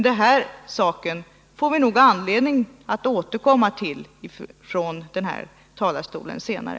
Denna sak får vi nog anledning att återkomma till senare.